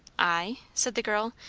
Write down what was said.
i? said the girl,